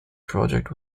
project